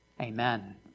Amen